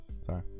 Sorry